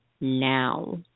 now